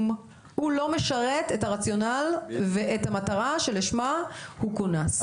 והוא לא משרת את הרציונל ואת המטרה שלשמה הוא כונס..".